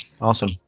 Awesome